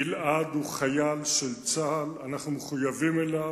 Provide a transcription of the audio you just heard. גלעד הוא חייל של צה"ל, אנחנו מחויבים לו,